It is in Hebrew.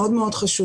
זה מאוד מאוד חשוב.